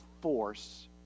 force